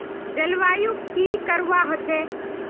जलवायु की करवा होचे?